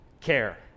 Care